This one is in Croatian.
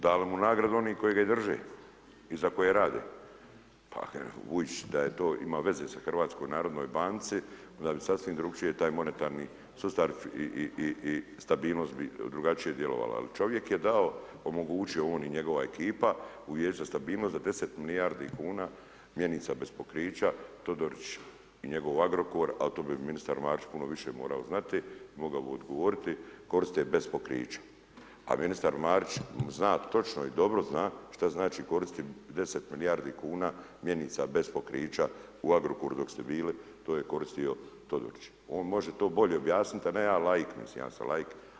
Dali mu nagradu oni koji ga i drže i za koje rade, Vujić da je to ima veze sa HNB-ci onda bi sasvim drukčije taj monetarni sustav i stabilnost bi drugačije djelovala, jer čovjek je dao, omogućio on i njegova ekipa u Vijeće stabilnosti za 10 milijardi kuna mjenica bez pokrića Todorić i njegov Agrokor al to bi ministar Marić puno više morao znati, mogao bi odgovoriti koriste bez pokrića a ministar Marić zna točno i dobro zna šta znači koristiti 10 milijardi kuna mjenica bez pokrića u Agrokoru dok ste bili, to je koristio Todorić, on može to bolje objasniti a ne ja laik, mislim ja sam laik.